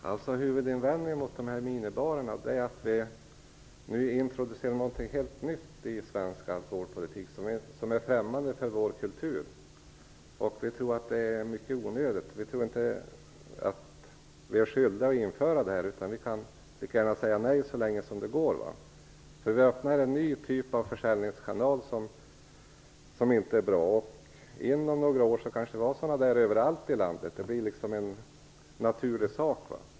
Herr talman! Huvudinvändningen mot minibarerna är att vi nu introducerar någonting helt nytt i svensk alkoholpolitik, som är främmande för vår kultur. Vi tror att det är ganska onödigt. Vi tror inte att vi är skyldiga att införa detta, utan lika gärna kan säga nej så länge som det går. Vi öppnar annars här en ny typ av försäljningskanal som inte är bra. Inom några år har vi kanske sådana överallt här i landet. Det blir liksom en naturlig sak.